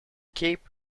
cape